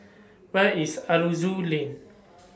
Where IS Aroozoo Lane